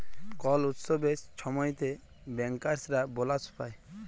call উৎসবের ছময়তে ব্যাংকার্সরা বলাস পায়